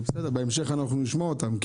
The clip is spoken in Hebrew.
בסדר, בהמשך אנחנו נשמע אותם.